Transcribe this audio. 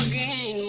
e